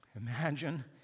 Imagine